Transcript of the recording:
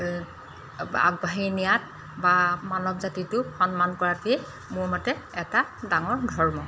আগবাঢ়ি নিয়াত বা মানৱ জাতিটোক সন্মান কৰাটোৱেই মোৰ মতে এটা ডাঙৰ ধৰ্ম